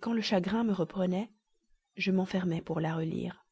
quand le chagrin me reprenait je m'enfermais pour la relire